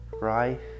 right